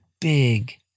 big